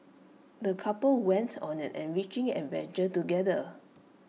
the couple went on an enriching adventure together